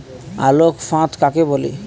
আলোক ফাঁদ কাকে বলে?